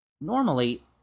Normally